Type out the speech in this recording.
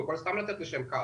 הוא יכול סתם לתת לי שם קש.